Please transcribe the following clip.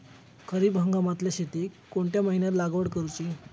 खरीप हंगामातल्या शेतीक कोणत्या महिन्यात लागवड करूची?